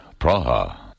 Praha